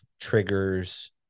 triggers